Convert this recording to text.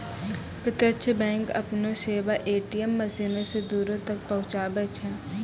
प्रत्यक्ष बैंक अपनो सेबा ए.टी.एम मशीनो से दूरो तक पहुचाबै छै